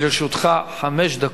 לרשותך חמש דקות.